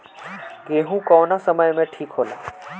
गेहू कौना समय मे ठिक होला?